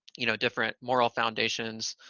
you know, different moral foundations,